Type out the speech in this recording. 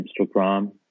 Instagram